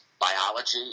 biology